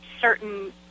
certain